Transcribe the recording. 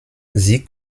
sie